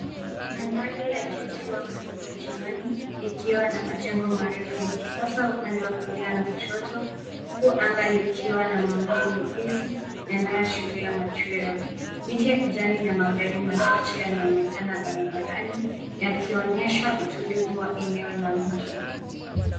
Mandhari ya jiji wakati wa jioni ikiwa na majengo marefu ya kisasa upade wa kulia na kushoto huku anga likiwa na mawingu mepesi yanayoashiria machweo. Miti ya kijani na magari machache yanaonekana barabarani yakionyesha utulivu wa eneo la mji.